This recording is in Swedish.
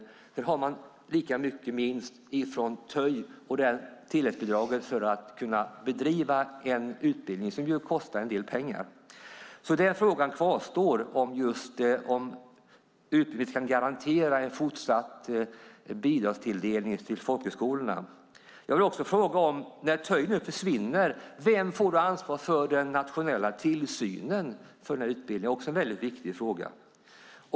Sedan har de minst lika mycket från TÖI och tilläggsbidraget för att kunna bedriva en utbildning, som ju kostar en del pengar. Frågan kvarstår alltså om utbildningsministern kan garantera en fortsatt bidragstilldelning till folkhögskolorna. Jag vill också fråga: När TÖI nu försvinner, vem får ansvar för den nationella tillsynen över denna utbildning? Det är också en väldigt viktig fråga.